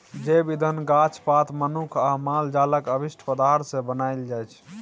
जैब इंधन गाछ पात, मनुख आ माल जालक अवशिष्ट पदार्थ सँ बनाएल जाइ छै